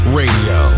radio